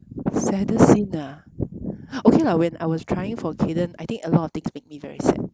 saddest scene ah okay lah when I was trying for kayden I think a lot of things make me very sad